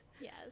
Yes